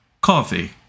coffee